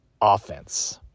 offense